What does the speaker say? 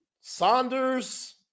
Saunders